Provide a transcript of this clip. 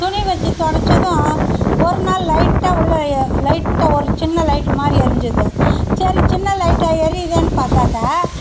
துணி வச்சு துடச்சதும் ஒரு நாள் லைட்டாக உள்ள லைட்டாக ஒரு சின்ன லைட்டு மாதிரி எரிஞ்சுது சரி சின்ன லைட்டாக எரியுதேன்னு பார்த்தாக்க